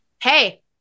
Hey